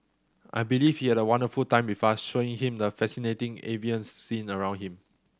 I believe he had a wonderful time showing him the fascinating avian scene around him